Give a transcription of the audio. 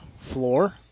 floor